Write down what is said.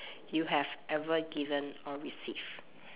you have ever given or received